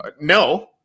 no